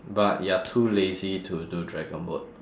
but you're too lazy to do dragon boat